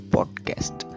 Podcast